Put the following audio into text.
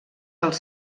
els